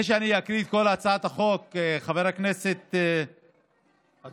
לפני שאקריא את כל התשובה, חבר הכנסת אזולאי,